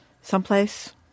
Someplace